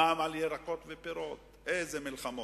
המע"מ על פירות וירקות, איזה מלחמות,